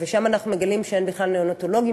ושם אנחנו מגלים שאין בכלל נאונטולוגים